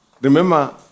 Remember